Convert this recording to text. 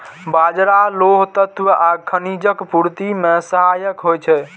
बाजरा लौह तत्व आ खनिजक पूर्ति मे सहायक होइ छै